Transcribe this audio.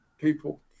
people